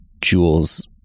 jewels